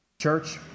Church